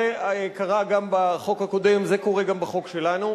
זה קרה גם בחוק הקודם, זה קורה גם בחוק שלנו.